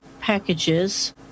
packages